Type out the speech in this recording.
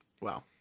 Wow